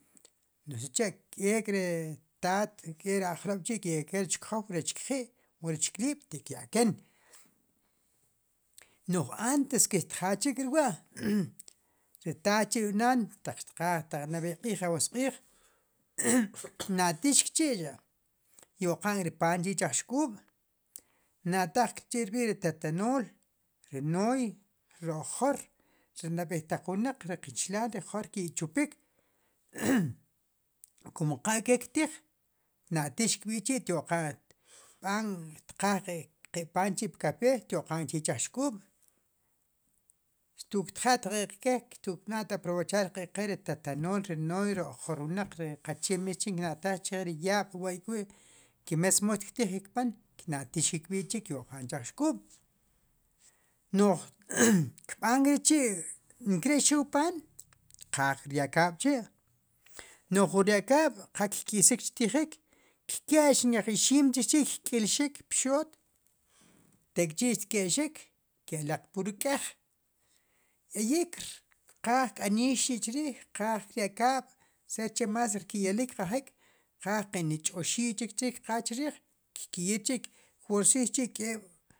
Sicha' eek ri taat keek ri ajk'lob'chi' ki' kyaken rech kjow rech kji' o rech kliib' xti'ya'ken, no'j antes ke xtjachik ri wa' xtiq taa chi' wu naan, xtqaaj nab'ey q'iij owosq'iij, xtna'tix kchi'cha', xtyo'qa'n ri paan chi' chiij xk'uub' xtna'taj k'chi' rb'i'ri tatanool, ri nooy, ri ojor, nab'ey taq wnaq ri qichilaal ri jor qui' chupik, kum qaal ke' ktiij, kna'tix kb'i'chi' xtyo'qa'n xtb'aan, xtqaaj qe' paan, chi' pkapee, i chij ik'ub' xtu'kja'tqe ke' xtkb'an aprovechar ri tatanool, nooy ri ojor wnaq, ri qachee ri mes chin kna'taaj che' ri yaab' wa' ik'o wi' ri mees mood xtktiij rik paan, kna'tiix ri kb'i'chi' kyo'qa'n rik paan, chiij xk'uub' no'j kb'aan k'ri'chi' nkere'xew wu paan, kqaaj rya'al kaab'kchi' n'oy wu rya'l kaab' kk'isik chtijik, kk'ex nk'ej ixiim chikchi' kk'ilxik pxoot, tek'chi' xtke'xiik, k'elaq pur k'eej, eayi' kqaaj aniix chi' chriij, kqaaj rya'l kaab' saber che más rki'yaliil kqajik, kqaaj qe'ch'oxiiy chik chriij. kkiyiir chi' chriij, kki'yrsik chi' kwoorsischi' k'eeb'.